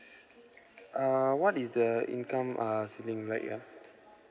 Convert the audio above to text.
err what is the income uh ceiling like ya